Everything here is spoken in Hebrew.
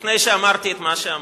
לפני שאמרתי את מה שאמרתי.